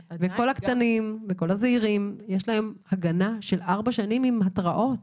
ולקטנים ולזעירים יש הגנה של ארבע שנים עם התראות.